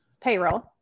payroll